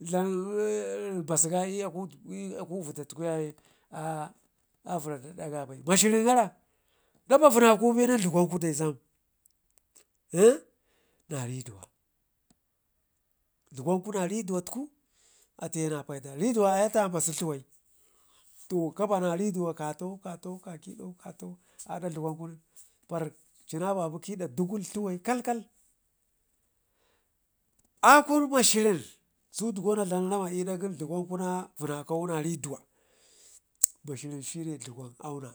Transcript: basu i'aku vidatku yayenen a vərra da ɗagaba mashirrin gara naba vənnaku guben da dlugwanku na riduwa dlugwanku na riduwadku atuye na paida riduwa ai atu ambasu dluwai, to kabana riduwa ka tau kato nen ka ƙədau kato nen ka ƙədau kato nen aɗa dlugwankun par cina babu kəda dluwai kalkal akun mashirin, sudugo na dlam ramma i'dak gin dlugwanku na vənnakau na riduwa mashirin shine dlugwan auna